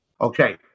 Okay